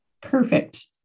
perfect